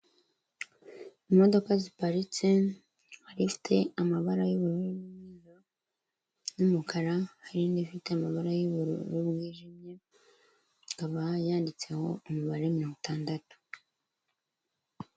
Imodoka ziparitse, hari ifite amabara y'ubururu n'umweru n'umukara, hari n'ifite amabara y'ubururu bwijimye, ikaba yanditseho umubare mirongo itandatu.